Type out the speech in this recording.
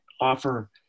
offer